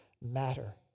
matter